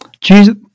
Jesus